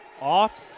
off